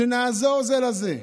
שנעזור זה לזה,